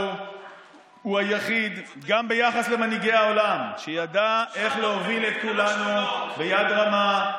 היום כל מנהיגי אירופה רוצים להיות כמו נתניהו בנקודה הזאת.